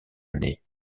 année